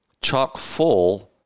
chock-full